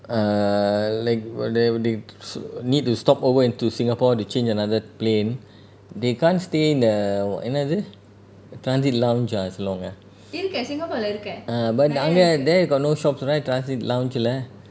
err like wha~ the~ they st~ need to stop over into singapore to change another plane they can't stay in the என்னது:ennathu transit lounge ah as long ah ah but சொல்வாங்க:solvaanga there got no shops right transit lounge lah